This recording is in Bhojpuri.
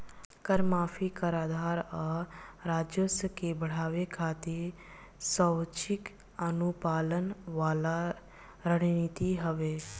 कर माफी, कर आधार आ राजस्व के बढ़ावे खातिर स्वैक्षिक अनुपालन वाला रणनीति हवे